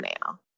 now